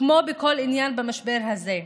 כמו בכל עניין במשבר הזה,